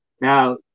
Now